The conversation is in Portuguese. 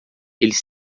eles